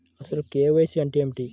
అసలు కే.వై.సి అంటే ఏమిటి?